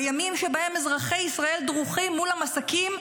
בימים שבהם אזרחי ישראל דרוכים מול המסכים,